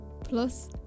plus